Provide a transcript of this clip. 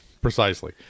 precisely